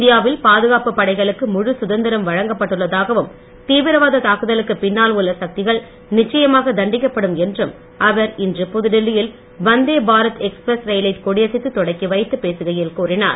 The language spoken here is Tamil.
இந்தியா வில் பாதுகாப்புப் படைகளுக்கு முழு சுதந்திரம் வழங்கப் பட்டுள்ளதாகவும் தீவிரவாத தாக்குதலுக்கு பின்னால் உள்ள சக்திகள் நிச்சயமாக தண்டிக்கப்படும் என்றும் ளஅவர் இன்று புதுடில்லி யில் வந்தே பாரத் எக்ஸ்பிரஸ் ரயில்லை கொடியசைத்து தொடக்கிவைத்து பேசுகையில் கூறினார்